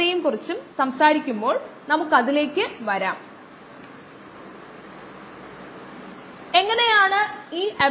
25 kilogram വേഗതയിൽ ഉപയോഗിക്കുന്ന മറ്റ് ചില പ്രതികരണങ്ങൾ എല്ലാം ഒരേസമയം സംഭവിക്കുന്നു